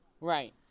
Right